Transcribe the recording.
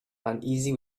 uneasy